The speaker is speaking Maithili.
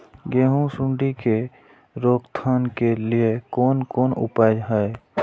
गेहूँ सुंडी के रोकथाम के लिये कोन कोन उपाय हय?